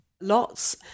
Lots